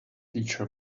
teacher